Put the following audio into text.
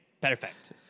Perfect